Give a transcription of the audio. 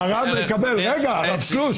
הרב מקבל בערך 6,000,